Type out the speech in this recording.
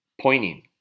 pointing